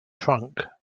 trunk